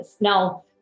now